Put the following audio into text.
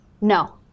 No